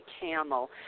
camel